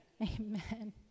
Amen